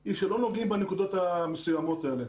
היא שלא נוגעים בנקודות המסוימות האלה.